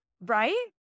Right